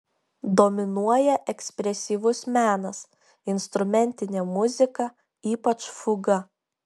dominuoja ekspresyvus menas instrumentinė muzika ypač fuga